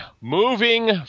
Moving